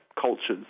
cultures